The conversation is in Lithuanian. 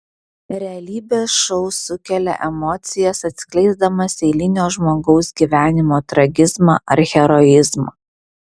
realybės šou sukelia emocijas atskleisdamas eilinio žmogaus gyvenimo tragizmą ar heroizmą